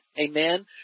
Amen